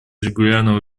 регулярного